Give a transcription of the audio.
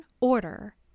Order